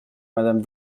madame